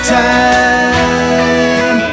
time